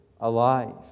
alive